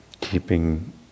keeping